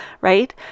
right